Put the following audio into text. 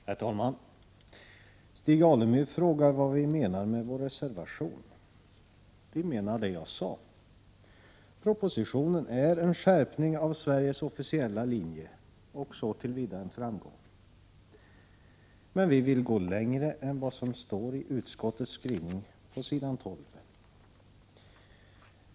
Herr talman! Stig Alemyr frågar vad vi menar med vår reservation. Vi menar det jag sade. Propositionen är en skärpning av Sveriges officiella linje och så till vida en framgång. Men vi vill gå längre än vad som förordas i utskottets skrivning på s. 12.